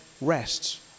rests